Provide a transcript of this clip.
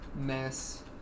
mess